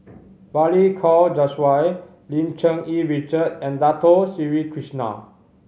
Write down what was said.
Balli Kaur Jaswal Lim Cherng Yih Richard and Dato Sri Krishna